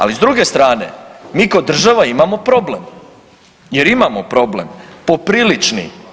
Ali s druge strane mi ko država imamo problem jer imamo problem, poprilični.